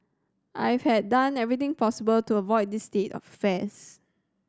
I've had done everything possible to avoid this state of affairs